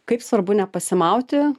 kaip svarbu nepasimauti